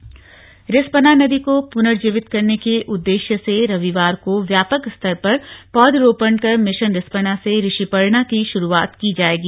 पौधरोपण रिस्पना नदी को पुर्नजीवित करने के उद्देश्य से रविवार को व्यापक स्तर पर पौधरोपण कर मिशन रिस्पना से ऋषिपर्णा की शुरूआत की जाएगी